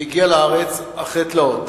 והגיעה לארץ אחרי תלאות.